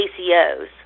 ACOs